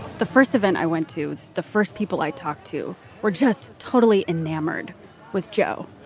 the first event i went to, the first people i talked to were just totally enamored with joe.